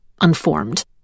unformed